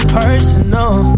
personal